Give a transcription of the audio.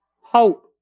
Hope